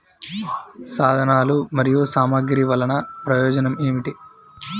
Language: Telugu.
సాధనాలు మరియు సామగ్రి వల్లన ప్రయోజనం ఏమిటీ?